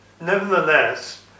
Nevertheless